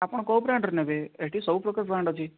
ଆପଣ କୋଉ ବ୍ରାଣ୍ଡ୍ ର ନେବେ ଏଠି ସବୁପ୍ରକାର ବ୍ରାଣ୍ଡ୍ ଅଛି